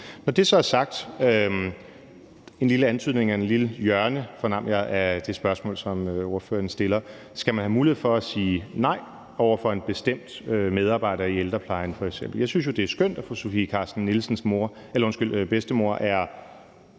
stiller: Skal man have mulighed for at sige nej over for en bestemt medarbejder i f.eks. ældreplejen? Jeg synes jo, det er skønt, at fru Sofie Carsten Nielsens